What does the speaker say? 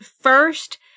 first